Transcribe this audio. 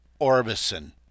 orbison